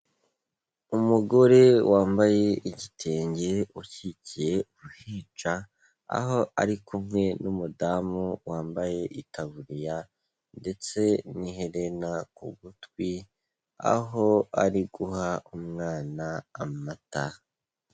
Umugore wambaye igitenge ukikiye uruhinja, aho ari kumwe n'umudamu wambaye itaburiya ndetse n'iherena ku gutwi, aho ari guha umwana amata.